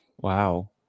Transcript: wow